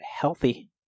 healthy